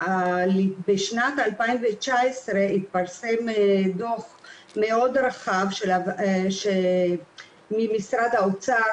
בשנת 2019 התפרסם דוח מאוד רחב ממשרד האוצר,